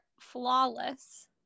flawless